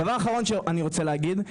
דבר אחרון שאני רוצה להגיד,